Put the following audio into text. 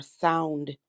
sound